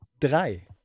Drei